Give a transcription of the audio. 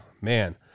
Man